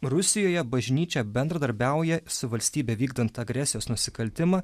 rusijoje bažnyčia bendradarbiauja su valstybe vykdant agresijos nusikaltimą